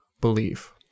belief